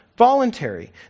Voluntary